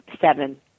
seven